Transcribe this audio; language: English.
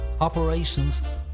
operations